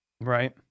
Right